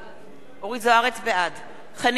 בעד חנין זועבי,